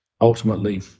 ultimately